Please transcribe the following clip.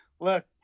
Look